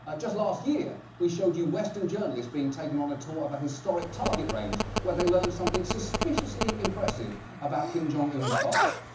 ah just last year, we showed you western journalists being taken on a tour of a historic target range, where they learned something suspiciously impressive about kim jong-un's father.